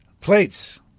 plates